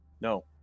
No